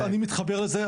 אני מתחבר לזה,